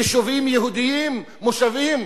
יישובים יהודיים, מושבים,